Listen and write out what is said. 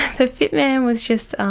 the fit man was just